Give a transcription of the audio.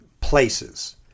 places